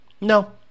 No